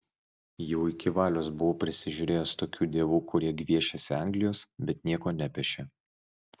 jau iki valios buvau prisižiūrėjęs tokių dievų kurie gviešėsi anglijos bet nieko nepešė